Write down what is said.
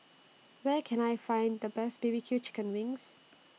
Where Can I Find The Best B B Q Chicken Wings